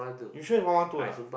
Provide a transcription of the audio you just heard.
you sure you one one two or not